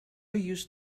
used